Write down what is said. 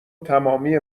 تمامی